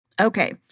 Okay